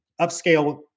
upscale